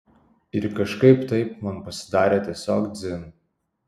ir kažkaip taip man pasidarė tiesiog dzin